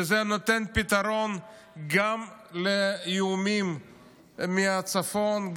זה נותן פתרון גם לאיומים מהצפון,